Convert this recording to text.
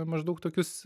maždaug tokius